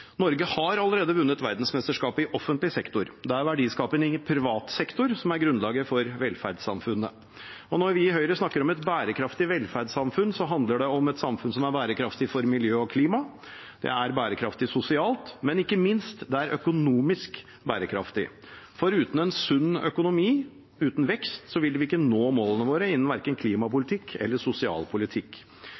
Norge har allerede vunnet verdensmesterskapet i offentlig sektor. Det er verdiskapingen i privat sektor som er grunnlaget for velferdssamfunnet. Når vi i Høyre snakker om et bærekraftig velferdssamfunn, handler det om et samfunn som er bærekraftig for miljøet og klimaet, bærekraftig sosialt, men ikke minst økonomisk bærekraftig. Uten en sunn økonomi og uten vekst vil vi ikke nå målene våre innen verken klimapolitikk eller sosial politikk.